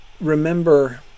remember